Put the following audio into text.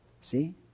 See